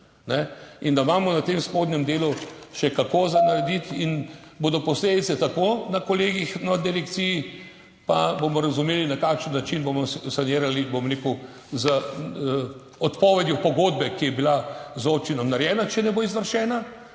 in da imamo na tem spodnjem delu še kako [veliko] za narediti in bodo posledice tako na kolegijih na direkciji, pa bomo razumeli, na kakšen način bomo sanirali, bom rekel, z odpovedjo pogodbe, ki je bila z občino narejena, če ne bo izvršena,